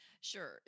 Sure